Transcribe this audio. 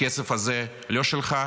הכסף הזה לא שלך,